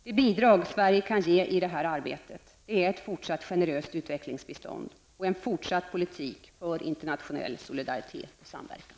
Det bidrag som Sverige kan ge i det här arbetet är ett fortsatt generöst utvecklingsbistånd och en fortsatt politik för internationell solidaritet och samverkan.